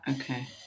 Okay